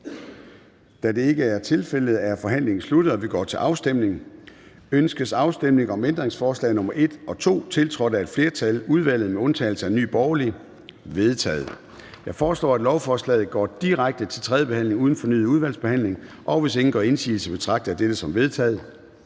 Da det ikke er tilfældet, er forhandlingen sluttet, og vi går til afstemning. Kl. 13:08 Afstemning Formanden (Søren Gade): Ønskes afstemning om ændringsforslag nr. 1 og 2, tiltrådt af et flertal (udvalget med undtagelse af NB)? De er vedtaget. Jeg foreslår, at lovforslaget går direkte til tredje behandling uden fornyet udvalgsbehandling. Hvis ingen gør indsigelse, betragter jeg dette som vedtaget.